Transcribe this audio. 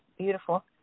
Beautiful